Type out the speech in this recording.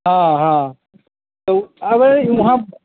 हँ हँ तऽ ओ आबैत इमहर